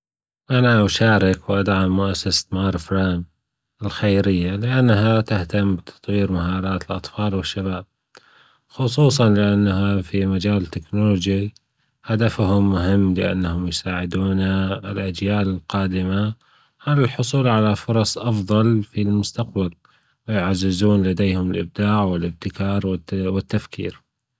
أنا أشارك وأدعم مؤسسة مارى فرام الخيرية، لأنها تهتم بتطوير مهارات الأطفال والشباب، خصوصا لأنها فى مجال التكنولوجي هدفهم الأهم بأنهم يساعدون الأجيال القادمة للحصول على فرص أفضل فى المستقبل، ويعززون لديهم الإبداع والإبتكار والتفكير.